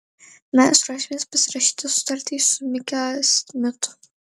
mes ruošiamės pasirašyti sutartį su mike smitu